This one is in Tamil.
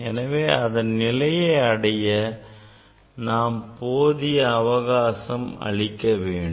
எனவே அதன் நிலையை அடைய நாம் போதிய அவகாசம் அளிக்க வேண்டும்